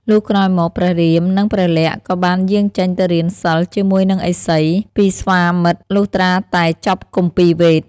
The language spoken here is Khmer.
លុះក្រោយមកព្រះរាមនិងព្រះលក្សណ៍ក៏បានយាងចេញទៅរៀនសិល្ប៍ជាមួយនឹងឥសី ពិស្វាមិត្រ លុះត្រាតែចប់គម្ពីរវេទ។